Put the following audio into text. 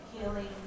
Healing